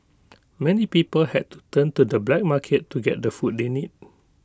many people had to turn to the black market to get the food they need